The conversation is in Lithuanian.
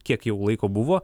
kiek jau laiko buvo